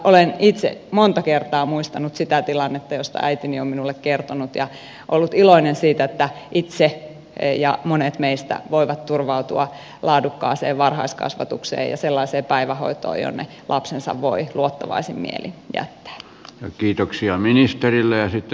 olen itse monta kertaa muistanut sitä tilannetta josta äitini on minulle kertonut ja ollut iloinen siitä että itse voin ja monet meistä voivat turvautua laadukkaaseen varhaiskasvatukseen ja sellaiseen päivähoitoon jonne lapsensa voi luottavaisin mielin jättää